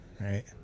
right